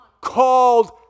called